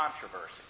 controversy